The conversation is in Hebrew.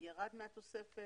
ירד מהתוספת.